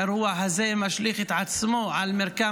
שהאירוע הזה משליך את עצמו על מרקם